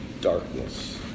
darkness